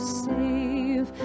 save